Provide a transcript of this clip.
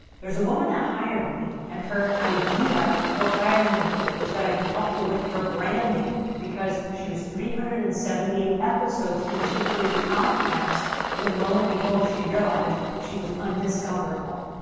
there's a woman that hired me and her idea for hiring me was that i could help her with her branding because she was three hundred and seventy eight episodes into a podcast when lo and behold, she realized she was undiscoverable.